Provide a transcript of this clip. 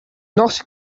not